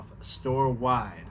store-wide